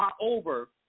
over